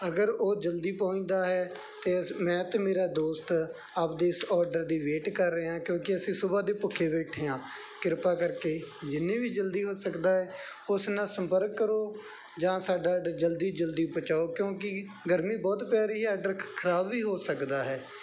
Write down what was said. ਅਗਰ ਉਹ ਜਲਦੀ ਪਹੁੰਚਦਾ ਹੈ ਅਤੇ ਅਸ ਮੈਂ ਅਤੇ ਮੇਰਾ ਦੋਸਤ ਆਪਦੇ ਇਸ ਔਡਰ ਦੀ ਵੇਟ ਕਰ ਰਹੇ ਹਾਂ ਕਿਉਂਕਿ ਅਸੀਂ ਸੁਭਾ ਦੇ ਭੁੱਖੇ ਬੈਠੇ ਹਾਂ ਕਿਰਪਾ ਕਰਕੇ ਜਿੰਨੀ ਵੀ ਜਲਦੀ ਹੋ ਸਕਦਾ ਹੈ ਉਸ ਨਾਲ ਸੰਪਰਕ ਕਰੋ ਜਾਂ ਸਾਡਾ ਆਡਰ ਜਲਦੀ ਜਲਦੀ ਪਹੁੰਚਾਓ ਕਿਉਂਕਿ ਗਰਮੀ ਬਹੁਤ ਪੈ ਰਹੀ ਹੈ ਆਡਰ ਖਰਾਬ ਵੀ ਹੋ ਸਕਦਾ ਹੈ